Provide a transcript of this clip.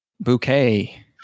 bouquet